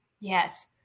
Yes